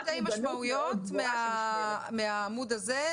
שתי משמעויות מהעמוד הזה,